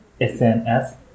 SNS